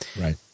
Right